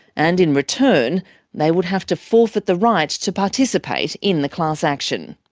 and in return they would have to forfeit the right to participate in the class action.